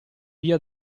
via